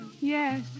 Yes